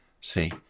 See